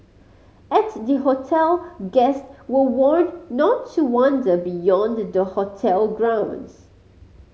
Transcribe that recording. at the hotel guest were warned not to wander beyond the hotel grounds